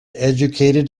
educated